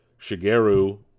Shigeru